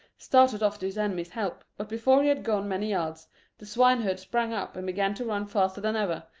started off to his enemy's help, but before he had gone many yards the swineherd sprang up and began to run faster than ever,